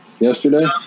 yesterday